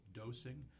dosing